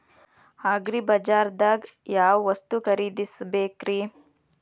ಅಗ್ರಿಬಜಾರ್ದಾಗ್ ಯಾವ ವಸ್ತು ಖರೇದಿಸಬೇಕ್ರಿ?